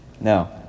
No